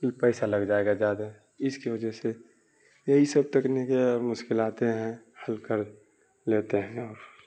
یوں پیسہ لگ جائے گا زیادہ اس کی وجہ سے یہی سب تکنیکیں اور مشکلاتیں ہیں حل کر لیتے ہیں اور